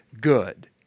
good